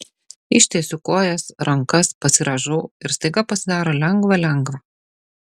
ištiesiu kojas rankas pasirąžau ir staiga pasidaro lengva lengva